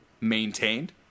maintained